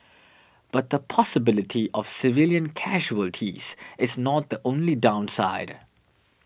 but the possibility of civilian casualties is not the only downside